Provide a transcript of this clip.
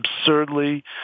absurdly